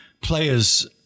players